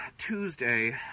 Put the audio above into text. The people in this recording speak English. Tuesday